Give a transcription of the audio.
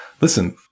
Listen